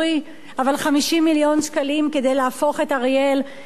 אבל 50 מיליון שקלים כדי להפוך את אריאל לאוניברסיטה.